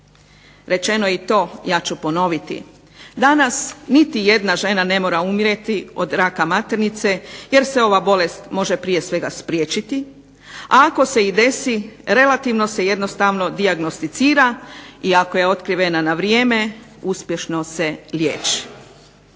Rečeno je i to, ja ću ponoviti, danas niti jedna žena ne mora umrijeti od raka maternice jer se ova bolest može prije svega spriječiti, a ako se i desi relativno se jednostavno dijagnosticira i ako je otkrivena na vrijeme uspješno se liječi.